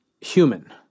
human